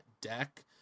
deck